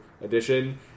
edition